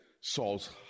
Saul's